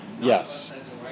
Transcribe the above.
Yes